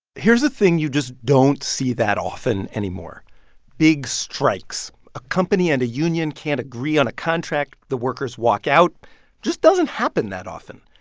here's a thing you just don't see that often anymore big strikes. a company and a union can't agree on a contract. the workers walk out. it just doesn't happen that often.